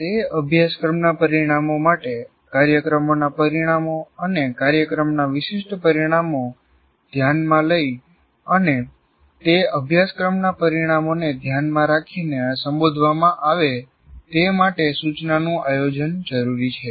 તે અભ્યાસક્રમના પરિણામો માટે કાર્યક્રમોના પરિણામો અને કાર્યક્રમના વિશિષ્ટ પરિણામો ધ્યાને લઈ અને તે અભ્યાસક્રમના પરિણામોને ધ્યાનમાં રાખીને સંબોધવામાં આવે તે માટે સૂચનાનું આયોજન જરૂરી છે